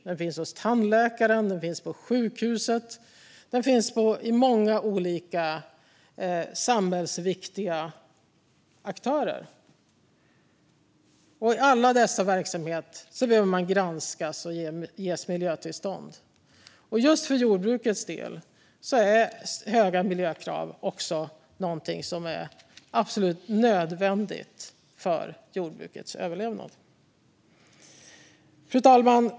Den finns hos tandläkaren. Den finns på sjukhuset. Den finns hos många olika samhällsviktiga aktörer, och alla dessa verksamheter behöver granskas och ges miljötillstånd. För jordbrukets del är höga miljökrav också något som är absolut nödvändigt för jordbrukets överlevnad. Fru talman!